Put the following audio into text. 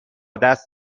دست